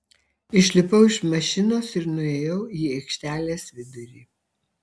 išlipau iš mašinos ir nuėjau į aikštelės vidurį